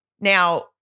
Now